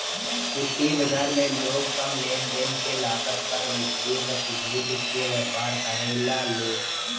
वित्तीय बाजार में लोग कम लेनदेन के लागत पर वित्तीय प्रतिभूति के व्यापार करेला लो